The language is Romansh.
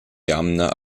jamna